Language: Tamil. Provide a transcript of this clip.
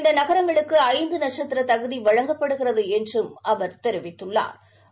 இந்த நகரங்களுக்கு ஐந்து நட்சத்திர தகுதி வழங்கப்படுகிறது என்றும் அவர் தெரிவித்தாா்